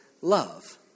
love